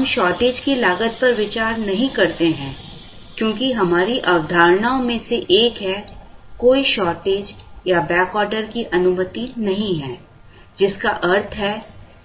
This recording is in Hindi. हम शॉर्टेज की लागत पर विचार नहीं करते हैं क्योंकि हमारी अवधारणाओं में से एक है कोई शॉर्टेज या बैक ऑर्डर की अनुमति नहीं है जिसका अर्थ है